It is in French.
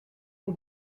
aux